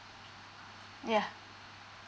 yeah